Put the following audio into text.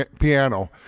piano